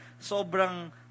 sobrang